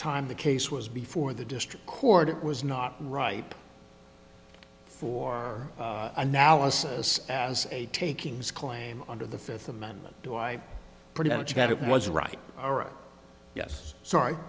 time the case was before the district court it was not ripe for analysis as a takings claim under the fifth amendment do i pretty much that it was right or yes sorry